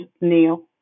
Neil